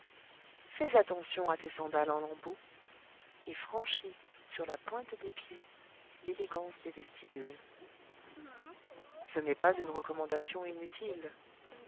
fais attention à tes sandales en lambeaux et franchis sur la pointe des pieds l'élégance des vestibules ce n'est pas une recommandation inutile